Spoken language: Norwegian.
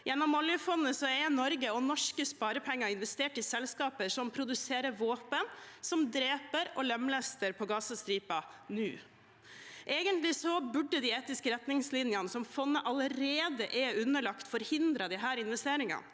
Gjennom oljefondet er Norge og norske sparepenger investert i selskaper som produserer våpen som dreper og lemlester på Gazastripen nå. Egentlig burde de etiske retningslinjene fondet allerede er underlagt, forhindre disse investeringene.